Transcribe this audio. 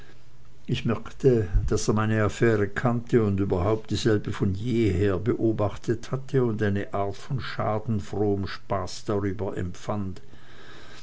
ich merkte daß er meine affäre wohl kannte überhaupt dieselbe von jeher beobachtet hatte und eine art von schadenfrohem spaß darüber empfand